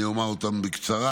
אני אומר אותם בקצרה.